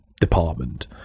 department